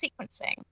sequencing